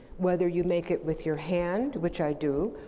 whether you make it with your hand, which i do,